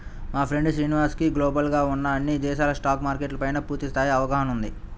మా ఫ్రెండు శ్రీనివాస్ కి గ్లోబల్ గా ఉన్న అన్ని దేశాల స్టాక్ మార్కెట్ల పైనా పూర్తి స్థాయి అవగాహన ఉంది